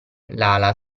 lala